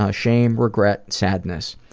ah shame, regret, sadness.